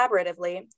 collaboratively